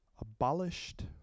abolished